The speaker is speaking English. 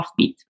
Offbeat